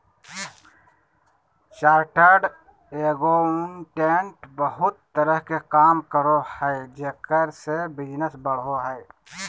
chartered accountant बहुत तरह के काम करो हइ जेकरा से बिजनस बढ़ो हइ